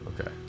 okay